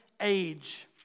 age